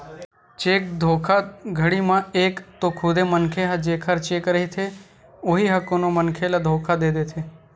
cheque धोखाघड़ी म एक तो खुदे मनखे ह जेखर चेक रहिथे उही ह कोनो मनखे ल धोखा दे देथे